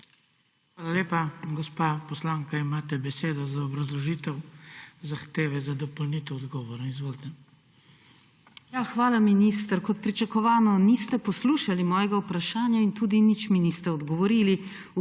Hvala lepa. Gospa poslanka, imate besedo za obrazložitev zahteve za dopolnitev odgovora. Izvolite. VIOLETA TOMIĆ (PS Levica): Hvala minister. Kot pričakovano niste poslušali mojega vprašanja in tudi nič mi niste odgovorili.